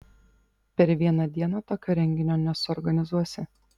per vieną dieną tokio renginio nesuorganizuosi